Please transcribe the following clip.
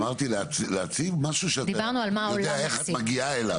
אמרתי להציב משהו שאתה יודע איך אתה מגיע אליו.